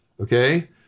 Okay